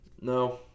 No